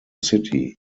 city